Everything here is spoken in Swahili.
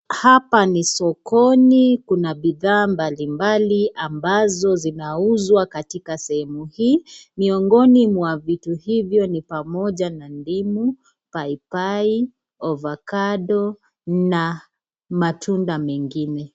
Hapa ni sokoni kuna bithaa mbali mbali ambazo zinauzwa katika sehemu hii, miongoni mwa vitu hivyo ni pamoja na dimu, paipai, ovacado na matunda mengine.